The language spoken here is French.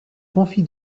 confie